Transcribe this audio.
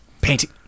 painting